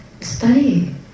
study